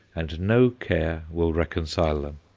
and no care will reconcile them.